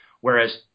whereas